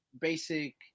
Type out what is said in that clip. basic –